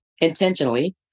intentionally